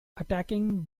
attacking